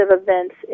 events